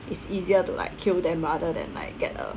it's easier to like kill them rather than like get a